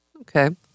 Okay